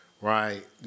right